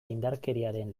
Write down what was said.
indarkeriaren